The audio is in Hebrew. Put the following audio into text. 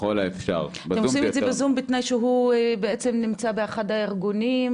ככל האפשר --- אתם עושים את זה בזום בתנאי שהוא נמצא באחד הארגונים,